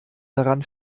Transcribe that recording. daran